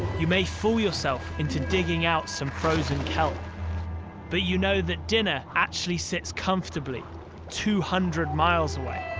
you may fool yourself into digging out some frozen kelp but you know that dinner actually sits comfortably two hundred miles away.